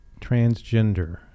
transgender